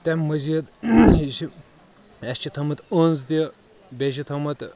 تمہِ مزید یُس یہِ اسہِ چھُ تھوٚومُت أنٛز تہِ بییٚہِ چھُ تھوٚومُت